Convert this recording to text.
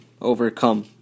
overcome